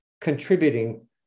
contributing